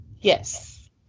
Yes